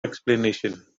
explanation